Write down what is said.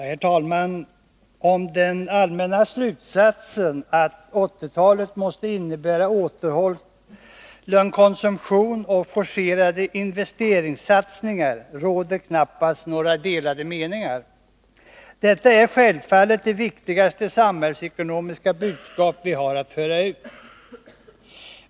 Herr talman! Om den allmänna slutsatsen, att 1980-talet måste innebära återhållen konsumtion och forcerade investeringssatsningar, råder det knappast några delade meningar. Detta är självfallet det viktigaste samhällsekonomiska budskap vi har att föra ut.